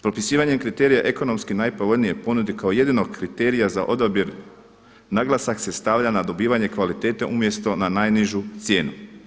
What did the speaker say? Propisivanjem kriterija ekonomski najpovoljnije ponude kao jedinog kriterija za odabir naglasak se stavlja na dobivanje kvalitete umjesto na najnižu cijenu.